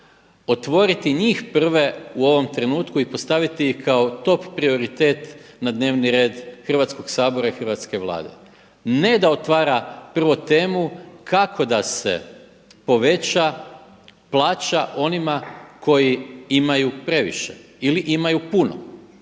otvoriti njih prve u ovom trenutku i postaviti ih kao top prioritet na dnevni red Hrvatskog sabora i hrvatske Vlade. Ne da otvara prvo temu kako da se poveća plaća onima koji imaju previše ili imaju puno